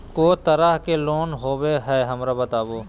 को तरह के लोन होवे हय, हमरा बताबो?